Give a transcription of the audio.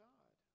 God